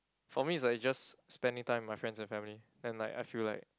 for me it's like just spending time with my friends and family and like I feel like